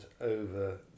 over